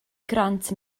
grant